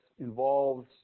Involves